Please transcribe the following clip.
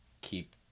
keep